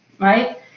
right